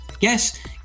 Yes